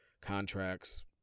contracts